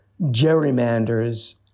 gerrymanders